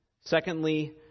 Secondly